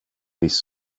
this